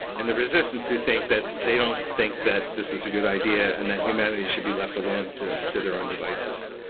and the resistance who think that they don't think that this is a good idea and that humanity should be left alone to to their own devices.